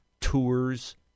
tours